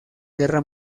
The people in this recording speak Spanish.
guerra